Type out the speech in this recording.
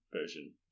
version